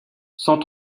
sans